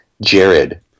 Jared